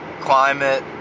climate